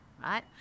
right